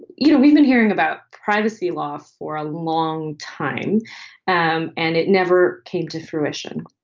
you know, we've been hearing about privacy laws for a long time and and it never came to fruition.